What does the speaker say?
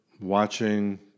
watching